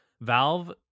Valve